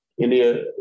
India